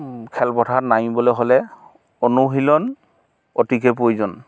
খেলপথাৰত নামিবলৈ গ'লে অনুশীলন অতিকৈ প্ৰয়োজন